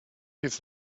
his